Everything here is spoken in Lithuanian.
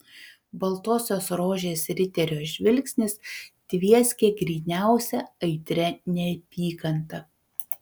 baltosios rožės riterio žvilgsnis tvieskė gryniausia aitria neapykanta